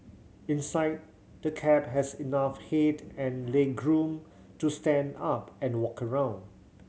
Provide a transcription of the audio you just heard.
inside the cab has enough head and legroom to stand up and walk around